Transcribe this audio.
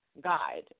guide